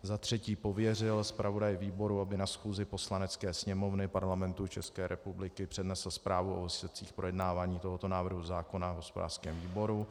Za třetí pověřil zpravodaje výboru, aby na schůzi Poslanecké sněmovny Parlamentu České republiky přednesl zprávu o výsledcích projednávání tohoto návrhu zákona v hospodářském výboru.